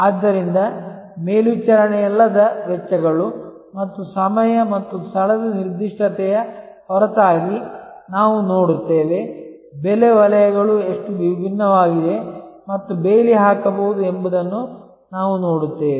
ಆದ್ದರಿಂದ ಮೇಲ್ವಿಚಾರಣೆಯಲ್ಲದ ವೆಚ್ಚಗಳು ಮತ್ತು ಸಮಯ ಮತ್ತು ಸ್ಥಳದ ನಿರ್ದಿಷ್ಟತೆಯ ಹೊರತಾಗಿ ನಾವು ನೋಡುತ್ತೇವೆ ಬೆಲೆ ವಲಯಗಳು ಎಷ್ಟು ವಿಭಿನ್ನವಾಗಿವೆ ಮತ್ತು ಬೇಲಿ ಹಾಕಬಹುದು ಎಂಬುದನ್ನು ನಾವು ನೋಡುತ್ತೇವೆ